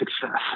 success